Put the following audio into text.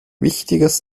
wichtiges